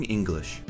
English